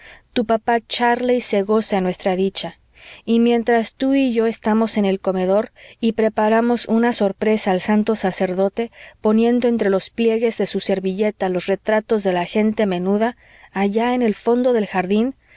tu papá charla y se goza en nuestra dicha y mientras tú y yo estamos en el comedor y preparamos una sorpresa al santo sacerdote poniendo entre los pliegues de su servilleta los retratos de la gente menuda allá en el fondo del jardín